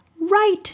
right